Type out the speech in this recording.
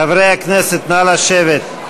חברי הכנסת, נא לשבת.